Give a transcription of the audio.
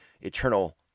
eternal